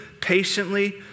patiently